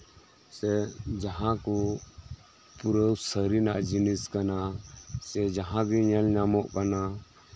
ᱥᱮ ᱡᱟᱸᱦᱟᱠᱚ ᱯᱩᱨᱟᱹ ᱥᱟᱹᱨᱤᱱᱟᱜ ᱡᱤᱱᱤᱥ ᱠᱟᱱᱟ ᱥᱮ ᱡᱟᱸᱦᱟᱜᱮ ᱧᱮᱞ ᱧᱟᱢᱚᱜ ᱠᱟᱱᱟ